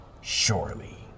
surely